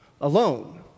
Alone